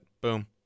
Boom